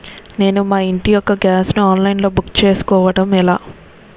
నేను మా ఇంటి యెక్క గ్యాస్ ను ఆన్లైన్ లో బుక్ చేసుకోవడం ఎలా?